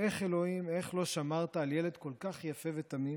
איך, אלוהים, איך לא שמרת על ילד כל כך יפה ותמים,